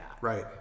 right